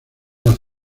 las